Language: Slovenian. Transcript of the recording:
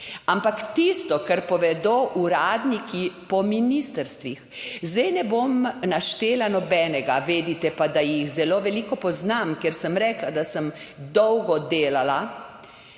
Ampak tisto, kar povedo uradniki po ministrstvih, zdaj ne bom naštela nobenega, vedite pa, da jih zelo veliko poznam, ker sem rekla, da sem dolgo delala